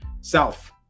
South